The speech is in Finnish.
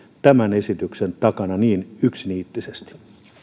tämän esityksen takana niin yksiniittisesti